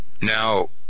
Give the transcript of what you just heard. Now